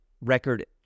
Record